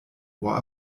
ohr